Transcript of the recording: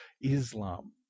Islam